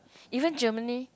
even Germany